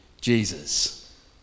Jesus